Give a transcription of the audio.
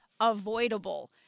avoidable